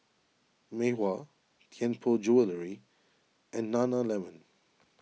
Mei Hua Tianpo Jewellery and Nana Lemon